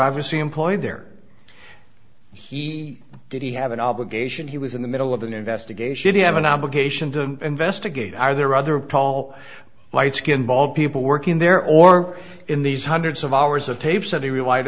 obviously employed there he did he have an obligation he was in the middle of an investigation you have an obligation to investigate are there other tall light skinned people working there or in these hundreds of hours of tapes that he relied